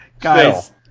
Guys